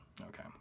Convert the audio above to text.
Okay